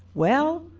well,